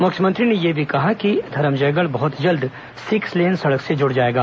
उन्होंने यह भी कहा कि धरमजयगढ़ बहत जल्द सिक्सलेन सड़क से जुड़ जाएगा